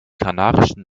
kanarischen